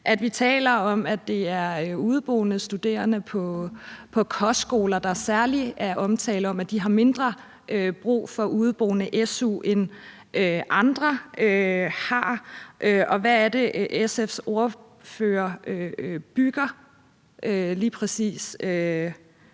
vi taler om, at det er udeboende studerende på kostskoler, der særlig er tale om, i forhold til om de har mindre brug for udeboende su, end andre har. Hvad er det, SF's ordfører bygger lige præcis